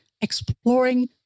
exploring